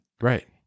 Right